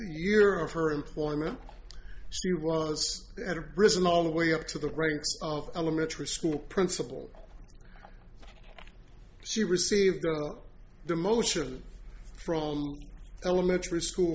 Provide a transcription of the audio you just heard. year of her employment she was at a prison all the way up to the ranks of elementary school principal she received a demotion from elementary school